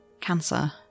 Cancer